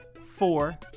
four